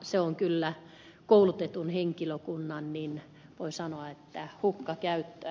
se on kyllä koulutetun henkilökunnan voi sanoa hukkakäyttöä